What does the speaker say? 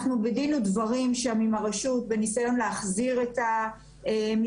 אנחנו בדין ודברים שם עם הרשות בניסיון להחזיר את המסגרת.